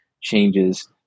changes